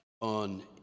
on